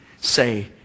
say